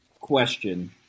question